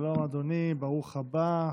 שלום, אדוני, ברוך הבא.